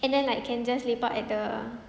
and then like can just lepak at the